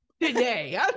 today